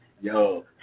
yo